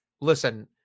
Listen